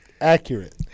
Accurate